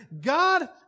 God